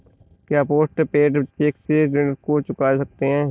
क्या post paid cheque से ऋण को चुका सकते हैं?